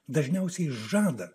dažniausiai žada